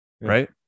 right